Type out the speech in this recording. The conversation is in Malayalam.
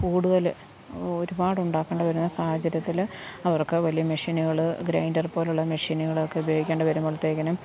കൂടുതല് ഒരുപാട് ഉണ്ടാക്കേണ്ടി വരുന്ന സാഹചര്യത്തില് അവർക്ക് വലിയ മെഷീനുകള് ഗ്രൈൻഡർ പോലുള്ള മഷീനുകൾ ഒക്കെ ഉപയോഗിക്കേണ്ടി വരുമ്പോളത്തേക്കിനും